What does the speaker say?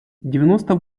девяносто